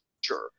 sure